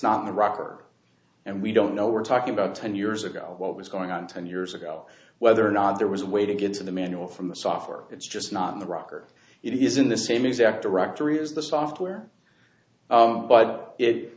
not the rocker and we don't know we're talking about ten years ago what was going on ten years ago whether or not there was a way to get to the manual from the software it's just not the rock or it isn't the same exact directory as the software but i